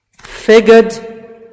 figured